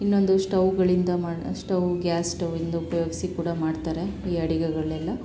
ಇನ್ನೊಂದು ಸ್ಟವ್ಗಳಿಂದ ಮಾಡಿ ಸ್ಟವ್ ಗ್ಯಾಸ್ ಸ್ಟವಿಂದ ಉಪಯೋಗಿಸಿ ಕೂಡ ಮಾಡ್ತಾರೆ ಈ ಅಡಿಗೆಗಳನ್ನೆಲ್ಲ